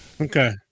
Okay